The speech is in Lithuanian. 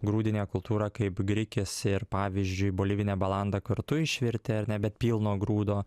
grūdinę kultūrą kaip grikis ir pavyzdžiui bolivinę balandą kartu išvirti ar ne bet pilno grūdo